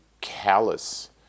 callous